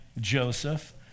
Joseph